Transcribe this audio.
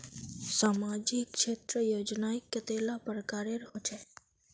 सामाजिक क्षेत्र योजनाएँ कतेला प्रकारेर होचे?